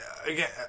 Again